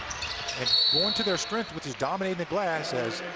going to their strength, which is dominating the glass, as